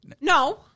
No